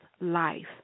life